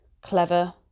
Clever